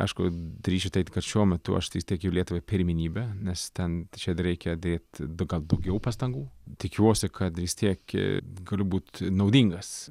aišku drįsiu teigti kad šiuo metu aš teikiu lietuvai pirmenybę nes ten čia reikia dėti gal daugiau pastangų tikiuosi kad vis tiek galiu būt naudingas